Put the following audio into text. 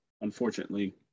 Unfortunately